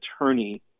attorney